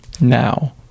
Now